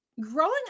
growing